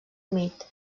humit